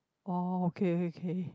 oh okay okay